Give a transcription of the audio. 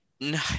No